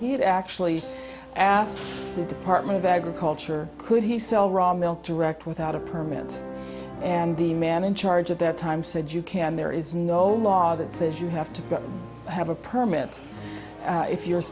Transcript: he had actually asked the department of agriculture could he sell raw milk direct without a permit and the man in charge at that time said you can there is no law that says you have to have a permit if you're